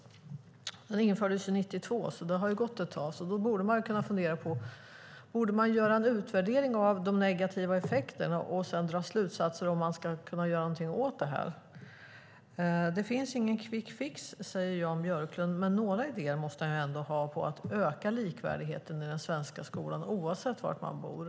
Det infördes 1992, så det har ju gått ett tag. Då borde man kunna fundera på om man borde göra en utvärdering av de negativa effekterna och sedan dra slutsatser för att kunna göra någonting åt det här. Det finns ingen quick fix, säger Jan Björklund, men några idéer måste han ju ändå ha för att öka likvärdigheten i den svenska skolan oavsett var man bor.